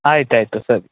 ಆಯ್ತಾಯಿತು ಸರಿ